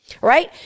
right